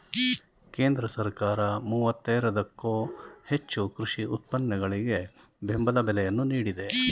ಕೇಂದ್ರ ಸರ್ಕಾರ ಮೂವತ್ತೇರದಕ್ಕೋ ಹೆಚ್ಚು ಕೃಷಿ ಉತ್ಪನ್ನಗಳಿಗೆ ಬೆಂಬಲ ಬೆಲೆಯನ್ನು ನೀಡಿದೆ